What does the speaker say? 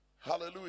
Hallelujah